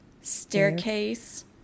Staircase